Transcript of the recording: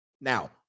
Now